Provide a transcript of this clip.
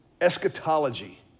Eschatology